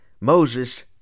Moses